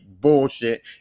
bullshit